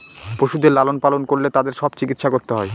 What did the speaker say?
পশুদের লালন পালন করলে তাদের সব চিকিৎসা করতে হয়